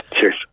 Cheers